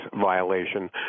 violation